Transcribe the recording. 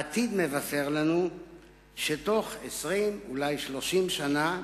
העתיד מבשר לנו שתוך 20 שנה, אולי 30 שנה מהיום,